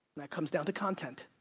that comes down to content.